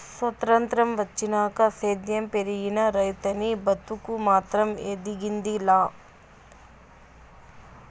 సొత్రంతం వచ్చినాక సేద్యం పెరిగినా, రైతనీ బతుకు మాత్రం ఎదిగింది లా